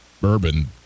bourbon